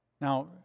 Now